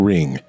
Ring